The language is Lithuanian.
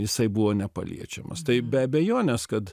jisai buvo nepaliečiamas tai be abejonės kad